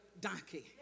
donkey